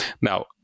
now